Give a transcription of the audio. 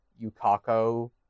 Yukako